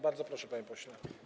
Bardzo proszę, panie pośle.